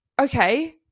okay